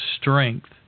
strength